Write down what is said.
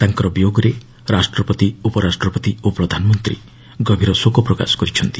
ତାଙ୍କର ବିୟୋଗରେ ରାଷ୍ଟ୍ରପତି ଉପରାଷ୍ଟ୍ରପତି ଓ ପ୍ରଧାନମନ୍ତ୍ରୀ ଗଭୀର ଶୋକ ପ୍ରକାଶ କରିଛନ୍ତି